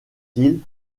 ils